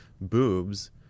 boobs